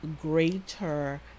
greater